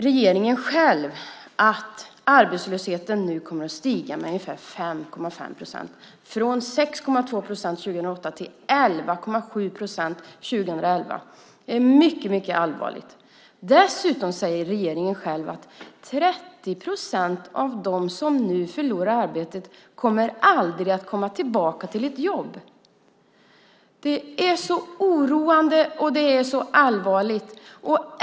Regeringen själv säger att arbetslösheten kommer att stiga med ungefär 5,5 procent, från 6,2 procent år 2008 till 11,7 procent år 2011. Detta är mycket allvarligt. Dessutom säger regeringen själv att 30 procent av dem som nu förlorar sitt arbete aldrig kommer tillbaka till ett jobb. Också detta är mycket oroande och mycket allvarligt.